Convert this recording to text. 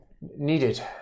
needed